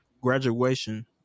Graduation